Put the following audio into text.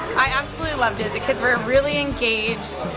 i absolutely loved it. the kids were really engaged.